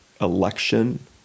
election